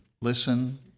listen